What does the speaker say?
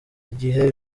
igihe